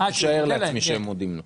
אני משער לעצמי שהם מודים לו.